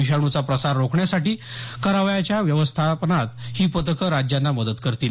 विषाणूचा प्रसार रोखण्यासाठी करावयाच्या व्यवस्थापनात ही पथकं राज्यांना मदत करतील